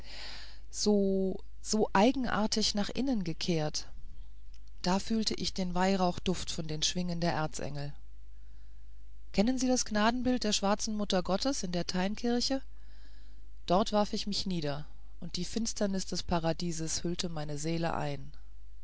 so so eigenartig nach innen gekehrt da fühlte ich den weihrauchduft von den schwingen des erzengels kennen sie das gnadenbild der schwarzen muttergottes in der teinkirche dort warf ich mich nieder und die finsternis des paradieses hüllte meine seele ein